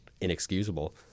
inexcusable